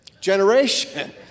generation